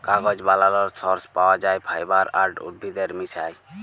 কাগজ বালালর সর্স পাউয়া যায় ফাইবার আর উদ্ভিদের মিশায়